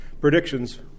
predictions